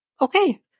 okay